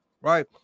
right